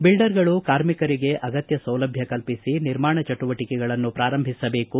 ಬಿಲ್ವರ್ಗಳು ಕಾರ್ಮಿಕರಿಗೆ ಅಗತ್ಯ ಸೌಲಭ್ದ ಕಲ್ಪಿಸಿ ನಿರ್ಮಾಣ ಚಟುವಟಿಕೆಗಳನ್ನು ಪ್ರಾರಂಭಿಸಬೇಕು